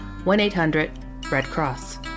1-800-RED-CROSS